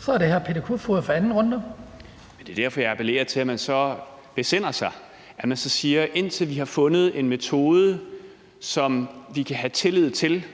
14:50 Peter Kofod (DF): Det er derfor, jeg appellerer til, at man så besinder sig og siger, at indtil vi har fundet en metode, som vi kan have tillid til